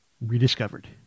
rediscovered